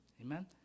amen